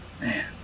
man